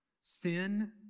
sin